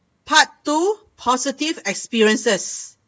part two positive experiences